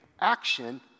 action